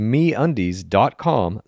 MeUndies.com